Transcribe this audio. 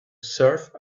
surf